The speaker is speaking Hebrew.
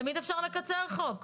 תמיד אפשר לקצר את המועדים בחוק.